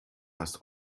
das